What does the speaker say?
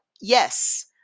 yes